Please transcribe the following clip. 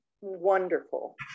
wonderful